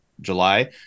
July